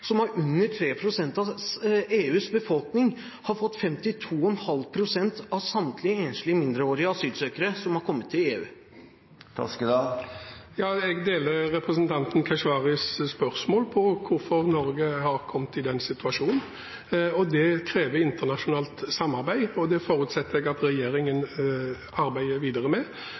pst. av EUs befolkning, har fått 52,5 pst. av samtlige enslige mindreårige asylsøkere som har kommet til EU. Jeg forstår representanten Keshvaris spørsmål om hvorfor Norge har kommet i den situasjonen. Det krever internasjonalt samarbeid, og jeg forutsetter at regjeringen arbeider videre med